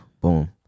boom